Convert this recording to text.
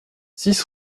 six